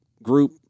group